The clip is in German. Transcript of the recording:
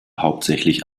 hauptsächlich